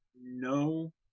no